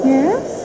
Yes